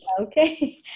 Okay